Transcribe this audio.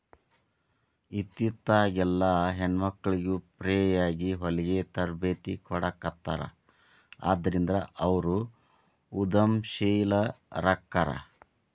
ಇತ್ತಿತ್ಲಾಗೆಲ್ಲಾ ಹೆಣ್ಮಕ್ಳಿಗೆ ಫ್ರೇಯಾಗಿ ಹೊಲ್ಗಿ ತರ್ಬೇತಿ ಕೊಡಾಖತ್ತಾರ ಅದ್ರಿಂದ ಅವ್ರು ಉದಂಶೇಲರಾಕ್ಕಾರ